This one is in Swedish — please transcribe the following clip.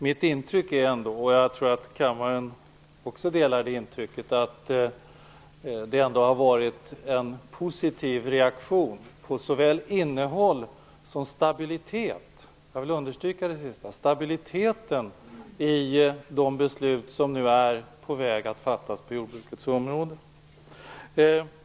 Mitt intryck, som jag tror att också kammaren i övrigt delar, är ändå att det har varit en positiv reaktion på såväl innehållet som - låt mig understryka det - stabiliteten i de beslut som nu är på väg att fattas på jordbrukets område.